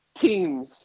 teams